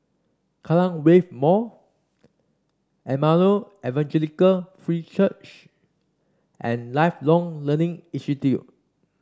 Kallang Wave Mall Emmanuel Evangelical Free Church and Lifelong Learning Institute